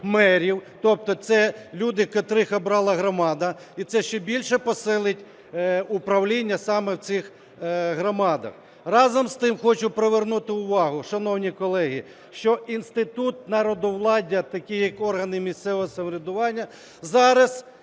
тобто це люди, котрих обрала громада, і це ще більше посилить управління саме в цих громадах. Разом із тим, хочу привернути увагу, шановні колеги, що інститут народовладдя такий, як органи місцевого самоврядування, зараз